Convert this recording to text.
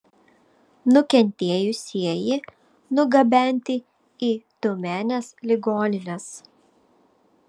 nukentėjusieji nugabenti į tiumenės ligonines